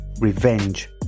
Revenge